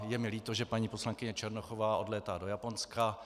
Je mi líto, že paní poslankyně Černochová odlétá do Japonska.